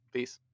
Peace